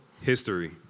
History